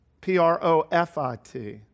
P-R-O-F-I-T